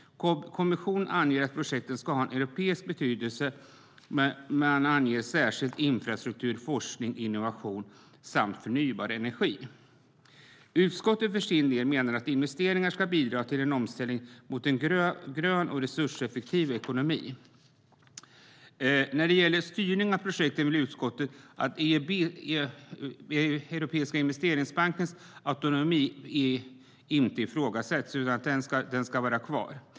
Kommissionen anger att projekten ska ha en europeisk betydelse men anger särskilt infrastruktur, forskning, innovation och förnybar energi. Utskottet för sin del menar att investeringar ska bidra till en omställning mot en grön och resurseffektiv ekonomi. När det gäller styrning av projekten vill utskottet att Europeiska investeringsbankens autonomi inte ifrågasätts, utan den ska vara kvar.